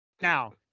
Now